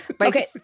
Okay